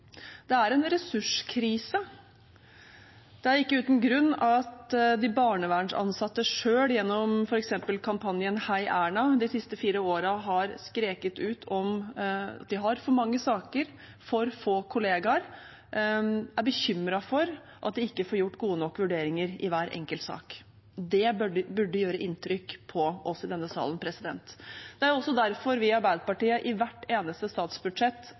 Det er en ressurskrise. Det er ikke uten grunn at de barnevernsansatte selv gjennom f.eks. kampanjen #heierna de siste fire årene har skreket ut om at de har for mange saker og for få kollegaer, og at de er bekymret for at de ikke får gjort gode nok vurderinger i hver enkelt sak. Det burde gjøre inntrykk på oss i denne salen. Det er også derfor vi i Arbeiderpartiet i hvert eneste statsbudsjett